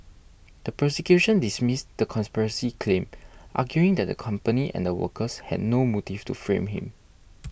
the prosecution dismissed the conspiracy claim arguing that the company and the workers had no motive to frame him